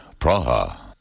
Praha